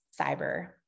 cyber